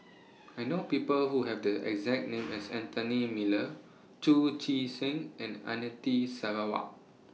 I know People Who Have The exact name as Anthony Miller Chu Chee Seng and Anita Sarawak